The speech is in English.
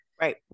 right